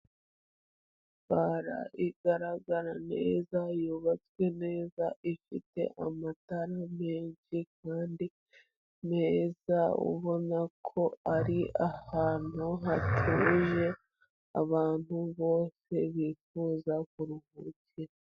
Bara igaragara neza, yubatswe neza, ifite amatara menshi kandi meza, ubona ko ari ahantu hakeye abantu bose bifuza kuruhukira.